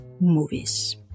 Movies